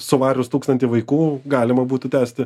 suvarius tūkstantį vaikų galima būtų tęsti